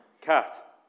Cat